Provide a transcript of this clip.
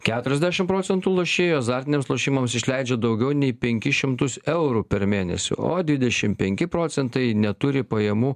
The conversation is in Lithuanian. keturiasdešimt procentų lošėjų azartiniams lošimams išleidžia daugiau nei penkis šimtus eurų per mėnesį o dvidešimt penki procentai neturi pajamų